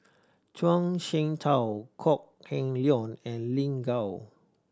Zhuang Shengtao Kok Heng Leun and Lin Gao